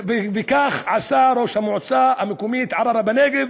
וכך עשה ראש המועצה המקומית ערערה בנגב,